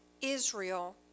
Israel